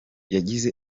yagize